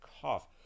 cough